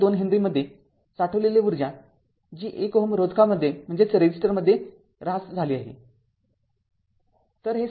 २ henry इन्डक्टरमध्ये साठविलेली ऊर्जा जी १ Ω रोधकामध्ये ऱ्हास झाली आहे